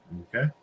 Okay